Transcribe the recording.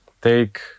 take